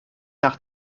nach